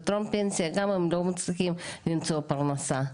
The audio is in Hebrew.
וטרום פנסיה, הם לא מצליחים למצוא פרנסה.